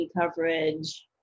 coverage